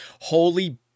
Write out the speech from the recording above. holy